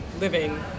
living